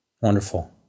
Wonderful